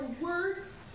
words